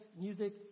music